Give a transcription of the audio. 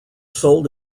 sold